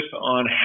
on